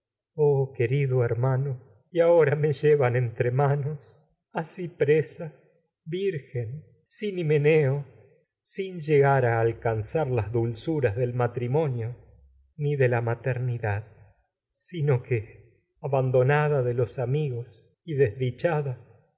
presa hermano y ahora me llevan entre vii gen sin himeneo sin llegar a alcanzar las dulzuras del matrimonio ni de la ántígoná fraternidad sino que abandonada de los amigos a y